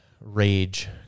Rage